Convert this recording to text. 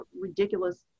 ridiculous